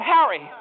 Harry